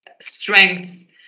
strength